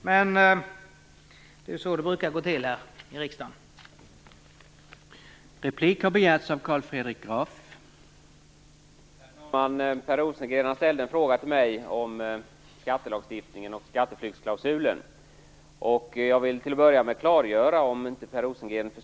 Men det är ju så det brukar gå till här i riksdagen.